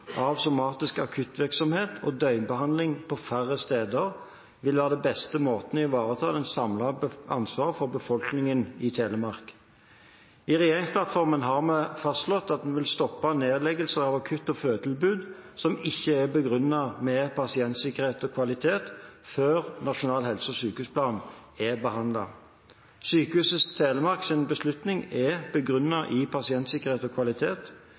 av somatisk akuttvirksomhet og døgnbehandling på færre steder vil være den beste måten å ivareta det samlede ansvaret for befolkningen i Telemark på. I regjeringsplattformen har vi fastslått at vi vil stoppe nedleggelser av akutt- og fødetilbud som ikke er begrunnet i pasientsikkerhet og kvalitet, før nasjonal helse- og sykehusplan er behandlet. Sykehuset Telemarks beslutning er begrunnet i pasientsikkerhet og kvalitet.